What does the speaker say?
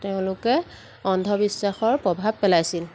তেওঁলোকে অন্ধবিশ্বাসৰ প্ৰভাৱ পেলাইছিল